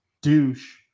douche